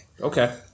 okay